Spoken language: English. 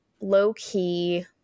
low-key